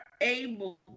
able